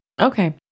Okay